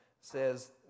says